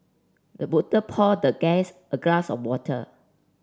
the butler poured the guest a glass of water